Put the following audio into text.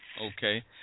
Okay